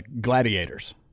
gladiators